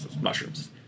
Mushrooms